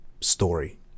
story